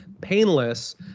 painless